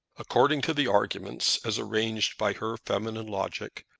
according to the arguments, as arranged by her feminine logic,